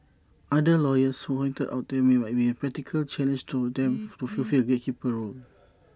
other lawyers pointed out that there might be practical challenges to them to fulfil A gatekeeper's role